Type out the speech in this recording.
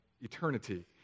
eternity